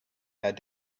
had